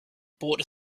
bought